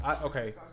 Okay